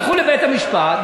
ילכו לבית-המשפט,